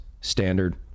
standard